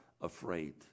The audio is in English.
afraid